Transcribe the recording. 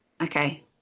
okay